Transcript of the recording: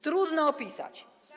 Trudno opisać.